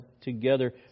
together